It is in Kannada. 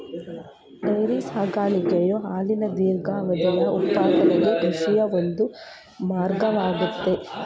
ಡೈರಿ ಸಾಕಾಣಿಕೆಯು ಹಾಲಿನ ದೀರ್ಘಾವಧಿಯ ಉತ್ಪಾದನೆಗೆ ಕೃಷಿಯ ಒಂದು ವರ್ಗವಾಗಯ್ತೆ